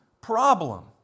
problem